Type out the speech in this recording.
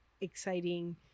exciting